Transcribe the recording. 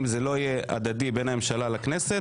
אם זה לא יהיה הדדי בין הממשלה לכנסת,